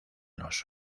los